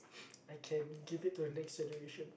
I can give it to the next generation